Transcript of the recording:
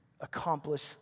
accomplish